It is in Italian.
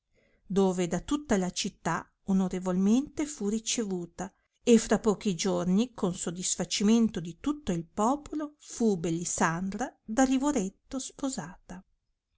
dove da tutta la città onorevolmente fu ricevuto e fra pochi giorni con sodisfacimento di tutto il popolo fu bellisandra da livoretto sposata